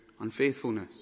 unfaithfulness